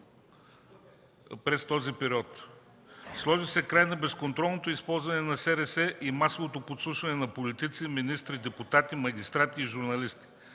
през този период. Сложи се край на безконтролното използване на СРС и масовото подслушване на политици, министри, депутати, магистрати и журналисти.